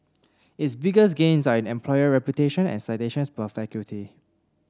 its biggest gains are in employer reputation and citations per faculty